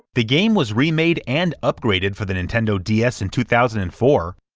the game was remade and upgraded for the nintendo ds in two thousand and four,